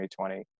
2020